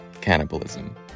Cannibalism